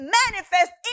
manifest